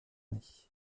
année